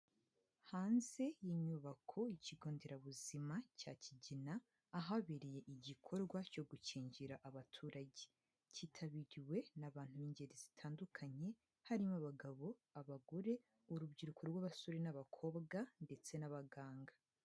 Hanze y'inyubako y'Ikigo Nderabuzima cya Kigina, ahabereye igikorwa cyo gukingira abaturage. Cyitabiriwe n'abantu b'ingeri zitandukanye, harimo abagabo, abagore, urubyiruko rw'abasore n'abakobwa ndetse n'abaganga.